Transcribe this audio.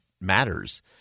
matters